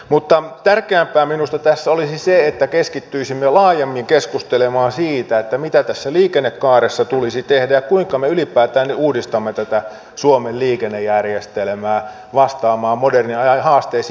mutta tärkeämpää minusta tässä olisi se että keskittyisimme laajemmin keskustelemaan siitä mitä tässä liikennekaaressa tulisi tehdä ja kuinka me ylipäätään uudistamme tätä suomen liikennejärjestelmää vastaamaan modernin ajan haasteisiin